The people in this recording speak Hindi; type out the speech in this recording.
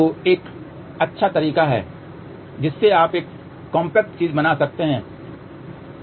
तो यह एक सरल तरीका है जिससे आप एक कॉम्पैक्ट चीज़ बना सकते हैं